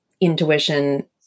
intuition